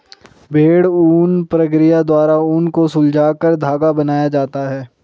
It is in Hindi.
भेड़ ऊन प्रक्रिया द्वारा ऊन को सुलझाकर धागा बनाया जाता है